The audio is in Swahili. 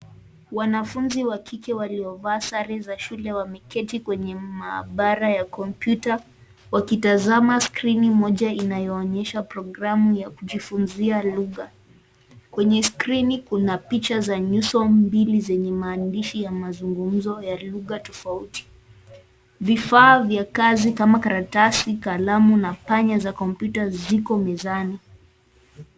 Wanafunzi wa kike waliovaa sare za shule wameketi kwenye maabara ya kompyuta wakitazama skrini moja inayoonyesha programu ya kujifunzia lugha. Kqenye kuna picha za nyuso mbili zenye maandishi ya mazugumzo ya lugha tofauti. Vifaa vya kazi kama karatasi, kalamu na panya ziko mezani.